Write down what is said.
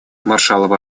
маршалловы